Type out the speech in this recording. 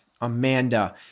Amanda